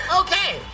okay